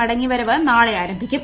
മടങ്ങി വരവ് നാളെ ആരംഭിക്കും